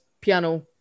piano